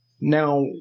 Now